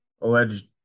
alleged